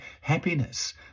happiness